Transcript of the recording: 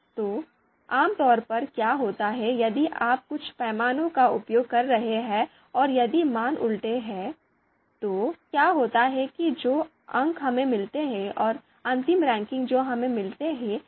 तो आम तौर पर क्या होता है यदि आप कुछ पैमानों का उपयोग कर रहे हैं और यदि मान उलटे हैं तो क्या होता है कि जो अंक हमें मिलते हैं और अंतिम रैंकिंग जो हमें मिलती है उसे बदला जा सकता है